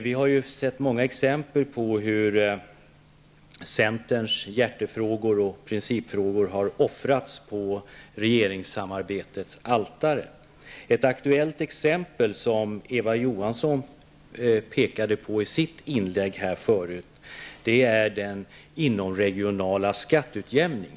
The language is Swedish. Vi har sett många exempel på hur centerns hjärtefrågor och principfrågor har offrats på regeringssamarbetets altare. Ett aktuellt exempel som Eva Johansson pekade på i sitt inlägg är den inomregionala skatteutjämningen.